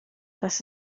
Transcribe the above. dass